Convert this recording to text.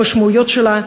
למשמעויות שלה,